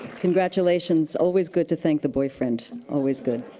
congratulations. always good to thank the boyfriend. always good.